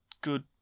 good